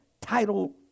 title